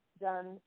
done